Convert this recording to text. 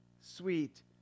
sweet